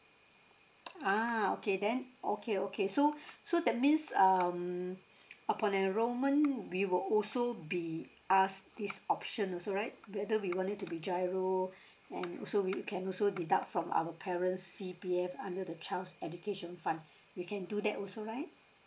ah okay then okay okay so so that means um upon enrolment we will also be asked this option also right whether we want it to be G_I_R_O and also we can also deduct from our parent's C_P_F under the child's education fund we can do that also right